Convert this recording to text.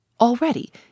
Already